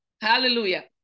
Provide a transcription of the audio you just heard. Hallelujah